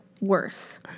worse